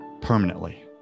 permanently